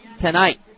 tonight